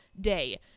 Day